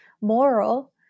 moral